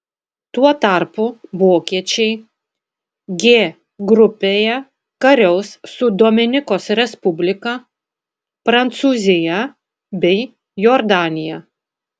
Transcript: tuo tarpu vokiečiai g grupėje kariaus su dominikos respublika prancūzija bei jordanija